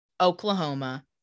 Oklahoma